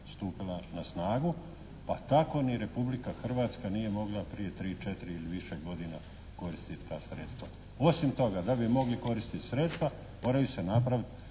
stupila na snagu pa tako ni Republika Hrvatska nije mogla prije 3,4 ili više godina koristit ta sredstva. Osim toga, da bi mogli koristiti sredstva moraju se napraviti